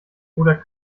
oder